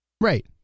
Right